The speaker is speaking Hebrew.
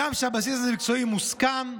הגם שהבסיס המקצועי מוסכם,